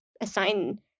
assign